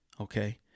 Okay